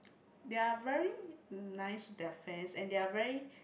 they are very nice to their friends and they are very